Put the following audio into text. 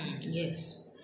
Yes